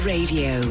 Radio